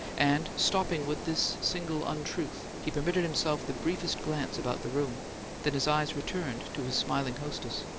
and, stopping with this single untruth, he permitted himself the briefest glance about the room then his eyes returned to his smiling hostess.